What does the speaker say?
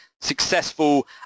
successful